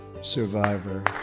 survivor